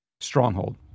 stronghold